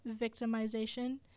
victimization